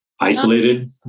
isolated